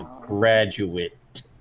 Graduate